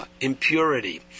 impurity